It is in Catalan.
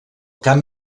camp